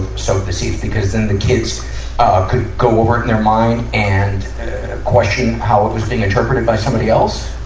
and so the seeds? because then the kids, ah, could go over it in their mind and question how it was being interpreted by somebody else?